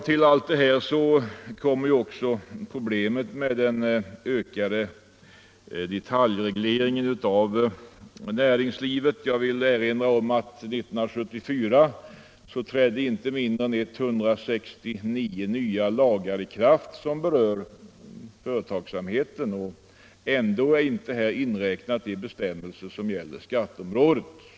Till allt detta kommer också problemet med den ökade detaljregleringen av näringslivet. Jag vill erinra om att 1974 trädde inte mindre än 169 nya lagar i kraft som berör företagsamheten. Och ändå är inte här inräknat de bestämmelser som gäller skatteområdet.